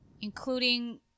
including